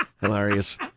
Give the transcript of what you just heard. Hilarious